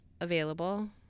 available